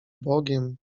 bogiem